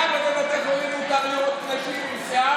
למה בבתי חולים מותר לראות עם שיער?